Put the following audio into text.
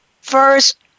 first